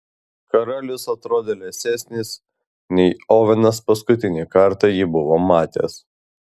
karalius atrodė liesesnis nei ovenas paskutinį kartą jį buvo matęs